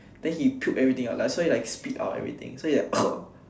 then he puke everything out like so he like spit out everything so he like